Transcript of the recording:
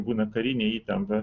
būna karinė įtampa